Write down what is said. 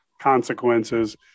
consequences